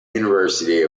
university